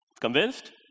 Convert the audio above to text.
Convinced